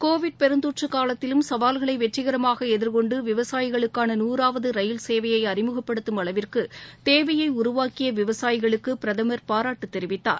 Covid பெருந்தொற்று காலத்திலும் சவால்களை வெற்றிகரமாக எதிர்கொண்டு விவசாயிகளுக்கான நூறாவது ரயில் சேவையை அறிமுகப்படுத்தும் அளவிற்கு தேவையை உருவாக்கிய விவசாயிகளுக்குபிரதமர் பாராட்டு தெரிவித்தார்